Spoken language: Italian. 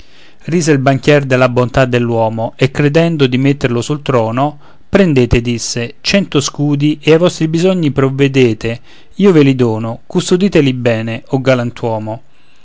rise il banchier della bontà dell'uomo e credendo di metterlo sul trono prendete disse cento scudi e ai vostri bisogni provvedete io ve li dono custoditeli bene o galantuomo